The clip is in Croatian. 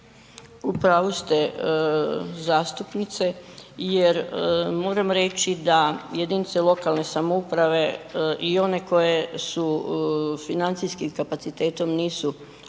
razumije./... jer moram reći da jedinice lokalne samouprave i one koje su, financijski kapacitetom nisu baš